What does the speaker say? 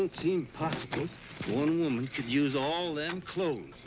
and seem possible one woman could use all them clothes.